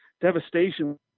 devastation